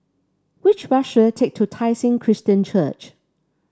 which bus should I take to Tai Seng Christian Church